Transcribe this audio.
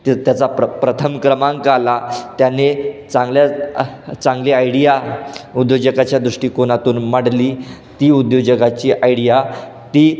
ते त्याचा प्र प्रथम क्रमांक आला त्याने चांगल्या चांगली आयडिया उद्योजकाच्या दृष्टिकोनातून मांडली ती उद्योजकाची आयडिया ती